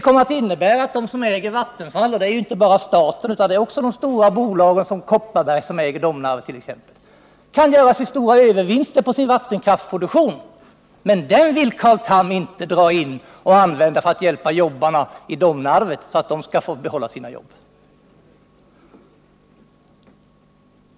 Detta innebär att de som äger vattenfall — och det är ju inte bara staten utan också stora bolag som Kopparberg som äger t.ex. Domnarvet — kan göra sig stora övervinster på sin vattenkraftsproduktion. Men dessa vill Carl Tham inte dra in för att hjälpa jobbarna i Domnarvet att behålla sin anställning.